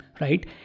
Right